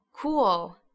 Cool